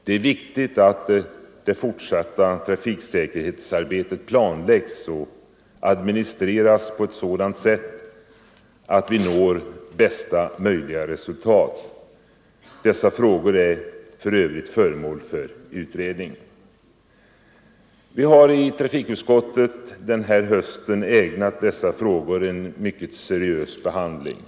Det är viktigt att det fortsatta trafiksäkerhetsarbetet planläggs och administreras på ett sådant sätt att vi når bästa möjliga resultat. Dessa frågor är för övrigt föremål för utredning. Vi har i trafikutskottet den här hösten ägnat dessa frågor en mycket seriös behandling.